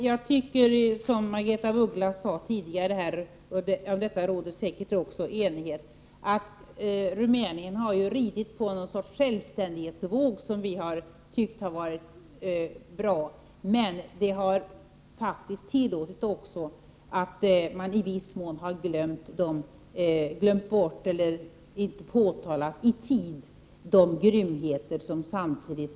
Jag tycker - som Margaretha af Ugglas sade, och även härom torde det råda enighet — att Rumänien har utnyttjat något slags självständighetsvåg, som vi har tyckt vara bra. Men detta har gjort att man också i viss mån har underlåtit att i tid påtala de grymheter som äger rum.